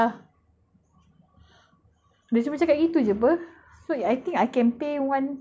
dia cuma cakap begitu jer apa so I think I can pay one U_S_S ticket ah